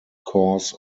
course